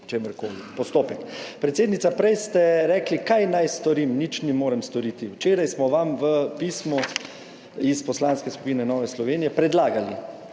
čemerkoli, postopek. Predsednica, prej ste rekli, kaj naj storim? Nič ne morem storiti. Včeraj smo vam v pismu iz Poslanske skupine Nove Slovenije predlagali